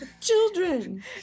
children